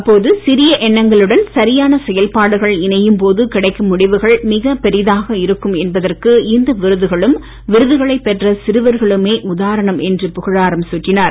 அப்போது சிறிய எண்ணங்களுடன் சரியான செயல்பாடுகள் இணையும் போது கிடைக்கும் முடிவுகள் மிகப் பெரிதாக இருக்கும் என்பதற்கு இந்த விருதுகளும் விருதுகளை பெற்ற சிறுவர்களுமே உதாரணம் என்று புகழாரம் சூட்டினார்